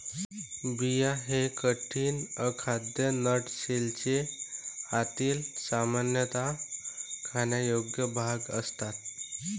बिया हे कठीण, अखाद्य नट शेलचे आतील, सामान्यतः खाण्यायोग्य भाग असतात